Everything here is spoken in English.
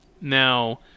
Now